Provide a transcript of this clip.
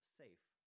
safe